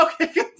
Okay